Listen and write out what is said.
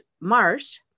Marsh